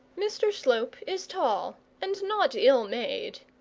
mr slope is tall, and not ill made.